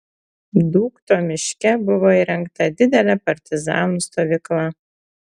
dūkto miške buvo įrengta didelė partizanų stovykla